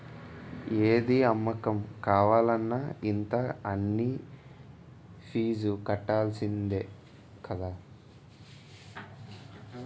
ఏది అమ్మకం కావాలన్న ఇంత అనీ ఫీజు కట్టాల్సిందే కదా